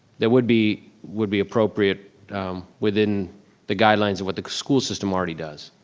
that would be would be appropriate within the guidelines of what the school system already does.